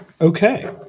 okay